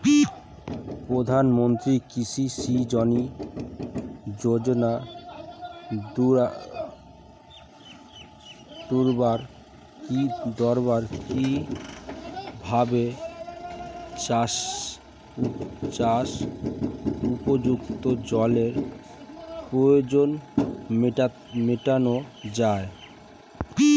প্রধানমন্ত্রী কৃষি সিঞ্চাই যোজনার দ্বারা কিভাবে চাষ উপযুক্ত জলের প্রয়োজন মেটানো য়ায়?